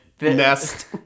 nest